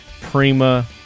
Prima